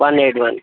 one eight one